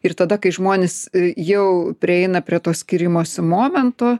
ir tada kai žmonės jau prieina prie to skyrimosi momento